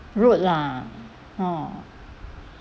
rude lah hor